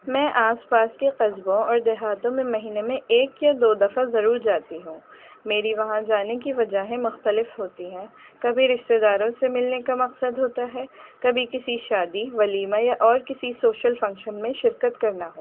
میں آس پاس کی قصبوں اور دیہاتوں میں مہینے میں ایک یا دو دفعہ ضرور جاتی ہوں میری وہاں جانے کی وجہیں مختلف ہوتی ہیں کبھی رشتتے داروں سے ملنے کا مقصد ہوتا ہے کبھی کسی شادی ولیمہ یا اور کسی سوشل فنکشن میں شرکت کرنا ہوتا ہے